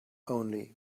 only